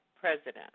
president